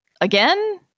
again